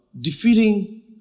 defeating